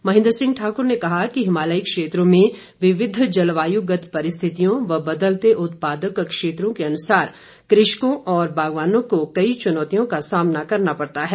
महेन्द्र सिंह ठाकुर ने कहा कि हिमालयी क्षेत्रों में विविध जलवायुगत परिस्थितियों व बदलते उत्पादक क्षेत्रों के अनुसार कृषकों और बागवानों को कई चुनौतियों का सामना करना पड़ता है